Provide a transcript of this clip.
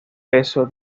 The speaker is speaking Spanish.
peso